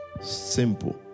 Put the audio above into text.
Simple